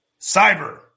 Cyber